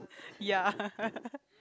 ya